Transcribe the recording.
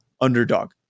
Underdog